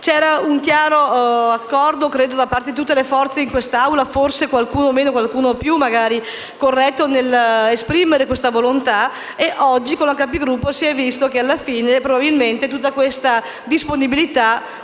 C'era un chiaro accordo da parte di tutte le forze in quest'Assemblea - forse qualcuno meno e qualcun altro più corretto - nell'esprimere questa volontà. Oggi con la Capigruppo si è visto che alla fine probabilmente tutta questa disponibilità